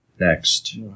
Next